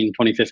2015